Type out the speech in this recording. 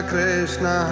Krishna